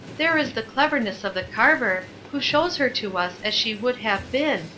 there is the cleverness of the carver, who shows her to us as she would have been,